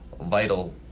vital